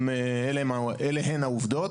אלה הן העובדות.